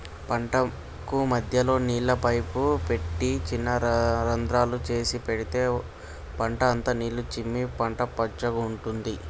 పంటకు మధ్యలో నీళ్ల పైపు పెట్టి చిన్న రంద్రాలు చేసి పెడితే పంట అంత నీళ్లు చిమ్మి పంట పచ్చగుంటది